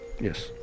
Yes